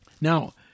now